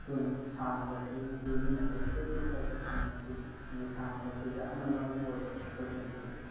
ꯑꯗꯨꯅ ꯁꯥꯟꯅꯕꯁꯤꯡꯁꯤ ꯃꯤꯅ ꯔꯦꯁꯄꯦꯛꯁꯨ ꯈꯔ ꯈꯔ ꯊꯝꯅꯁꯤ ꯍꯥꯏꯗꯤ ꯁꯥꯟꯅꯕꯁꯤ ꯌꯥꯝꯅ ꯃꯔꯨ ꯑꯣꯏꯑꯦꯕ ꯑꯩꯈꯣꯏ ꯄꯨꯟꯁꯤꯗ